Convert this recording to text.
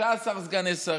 16 סגני שרים,